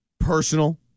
Personal